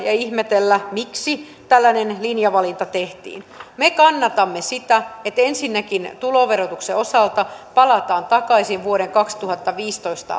ja ihmetellä miksi tällainen linjavalinta tehtiin me kannatamme sitä että ensinnäkin tuloverotuksen osalta palataan takaisin vuoden kaksituhattaviisitoista